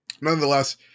nonetheless